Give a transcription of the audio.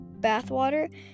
bathwater